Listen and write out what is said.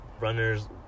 runners